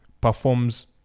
performs